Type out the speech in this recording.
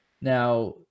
Now